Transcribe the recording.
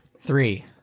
Three